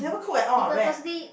he purposely